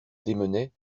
démenait